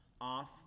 off